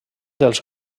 dels